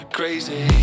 crazy